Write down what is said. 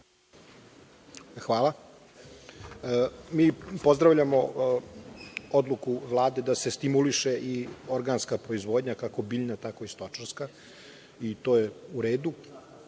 Hvala. Mi pozdravljamo odluku Vlade da se stimuliše i organska proizvodnja kako biljna tako i stočarska. To je uredu.